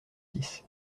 six